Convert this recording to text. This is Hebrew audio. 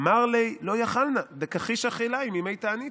"אמר ליה לא יכילנא דכחישא חילאי מימי תעניתא"